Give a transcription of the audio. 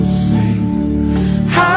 sing